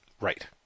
Right